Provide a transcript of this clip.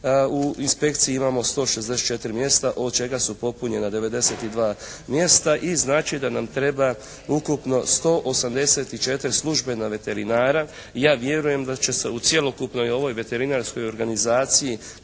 U inspekciji imamo 164 mjesta od čega su popunjena 92 mjesta. I znači da nam treba ukupno 184 službena veterinara. Ja vjerujem da će se u cjelokupnoj ovoj veterinarskoj organizaciji